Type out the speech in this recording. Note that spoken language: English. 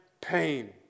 pain